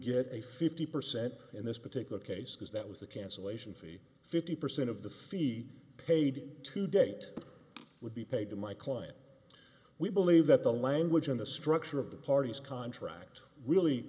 get a fifty percent in this particular case because that was the cancellation fee fifty percent of the fee paid to date would be paid to my client we believe that the language in the structure of the parties contract really